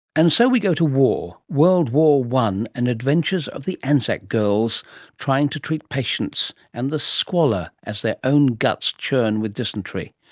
and so we go to war, world war i, and adventures of the anzac girls trying to treat patients and the squalor as their own guts churn with dysentery.